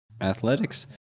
Athletics